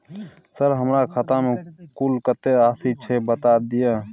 Sir हमरा खाता में कुल कत्ते राशि छै बता दिय?